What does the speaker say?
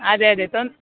ಅದೇ ಅದೇ ತೊನ್